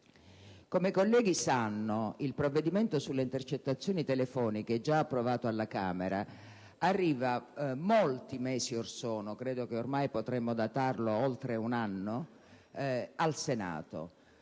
Come i colleghi sanno, il provvedimento sulle intercettazioni telefoniche, già approvato alla Camera, arriva molti mesi or sono (credo ormai potremmo datarlo ad oltre un anno) al Senato.